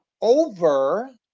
over